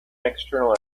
external